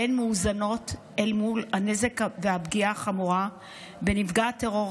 והן מאוזנות אל מול הנזק והפגיעה החמורה בנפגע הטרור,